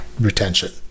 retention